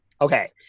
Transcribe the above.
Okay